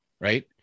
Right